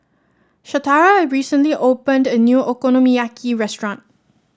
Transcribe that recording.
Shatara recently opened a new Okonomiyaki restaurant